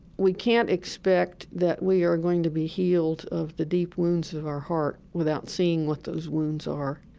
we can't expect that we are going to be healed of the deep wounds of our heart without seeing what those wounds are.